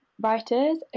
writers